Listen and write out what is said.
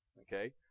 okay